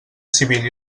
civil